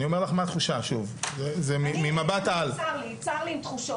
אני אומר לך ממבט על --- אני צר לי צר לי עם תחושות.